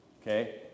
okay